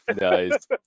Nice